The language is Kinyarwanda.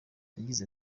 yagize